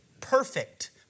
perfect